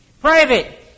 Private